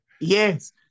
Yes